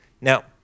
Now